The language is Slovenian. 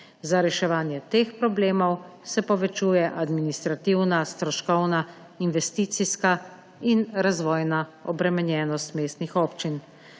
Za reševanje teh problemov se povečuje administrativna, stroškovna, investicijska in razvojna obremenjenost mestnih občin.